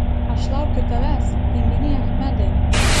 aš laukiu tavęs tinginy achmedai